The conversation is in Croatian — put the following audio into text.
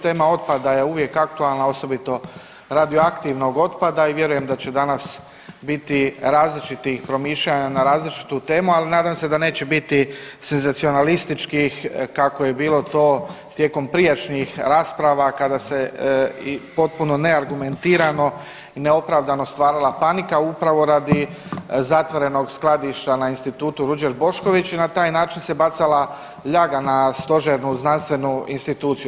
Tema otpada je uvijek aktualna, osobito radioaktivnog otpada i vjerujem da će danas biti različitih promišljanja na različitu temu, ali nadam se da neće biti senzacionalističkih, kako je bilo to tijekom prijašnjih rasprava kada se i potpuno neargumentirano i neopravdano stvarala panika, upravo radi zatvorenog skladišta na Institutu Ruđer Bošković i na taj način se bacala ljaga na stožernu znanstvenu instituciju.